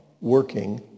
working